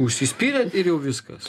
užsispyrėt ir jau viskas